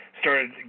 started